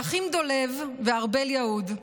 האחים דולב וארבל יהוד.